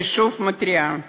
אני שוב מתריעה: